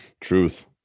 truth